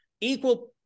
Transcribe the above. equal